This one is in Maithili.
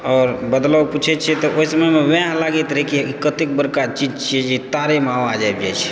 आओर बदलाव पुछै छियै तऽ ओहि समयमे वएह लागैत रहै कि ई कतेक बड़का चीज छियैक जे तारेमे आवाज आबि जाइत छै